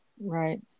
right